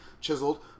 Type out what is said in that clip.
chiseled